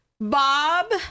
Bob